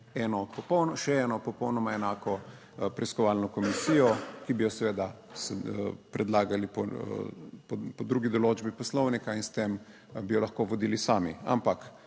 še eno popolnoma enako preiskovalno komisijo, ki bi jo seveda predlagali po drugi določbi poslovnika in s tem bi jo lahko vodili sami, ampak